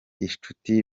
inshuti